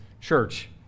church